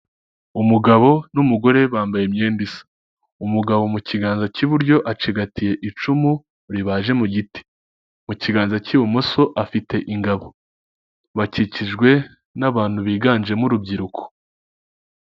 Hirya no hino ugenda usanga hari amasoko atandukanye kandi acuruza ibicuruzwa bitandukanye, ariko amenshi murayo masoko usanga ahuriyeho n'uko abacuruza ibintu bijyanye n'imyenda cyangwa se imyambaro y'abantu bagiye batandukanye. Ayo masoko yose ugasanga ari ingirakamaro cyane mu iterambere ry'umuturage ukamufasha kwiteraza imbere mu buryo bumwe kandi akanamufasha no kubaho neza mu buryo bw'imyambarire.